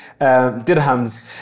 dirhams